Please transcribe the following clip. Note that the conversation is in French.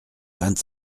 vingt